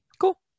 Cool